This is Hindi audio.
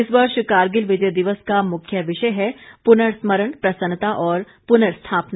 इस वर्ष कारगिल विजय दिवस का मुख्य विषय है पुनर्स्मरण प्रसन्नता और पुनर्स्थापना